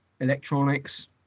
electronics